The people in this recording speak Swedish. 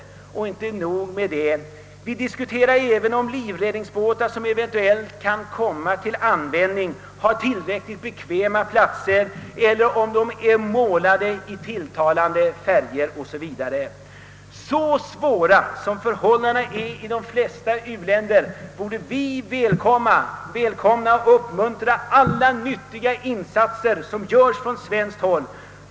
Det är inte nog med det, vi diskuterar även om livräddningsbåtar som eventuellt kan komma till användning har tillräckligt bekväma platser eller om de är målade i tilltalande färger o.s.v. Så svåra som förhållandena är i de flesta u-länder borde vi välkomna och uppmuntra alla nyttiga insatser som kan göras från svenskt håll.